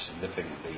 significantly